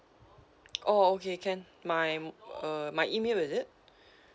oh okay can my uh my email is it